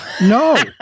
No